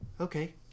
okay